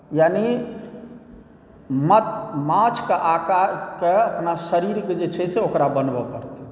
यानि माछके आकरके अपना शरीरके जे छै से ओकरा बनबै पड़तै